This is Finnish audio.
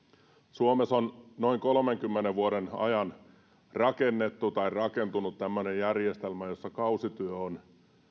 suomessa on noin kolmenkymmenen vuoden ajan rakennettu tai rakentunut tämmöinen järjestelmä jossa kausityö on